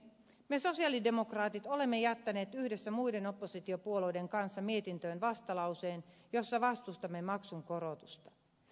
me sosialidemokraatit olemme jättäneet yhdessä muiden oppositiopuolueiden kanssa mietintöön vastalauseen jossa vastustamme maksun korotusta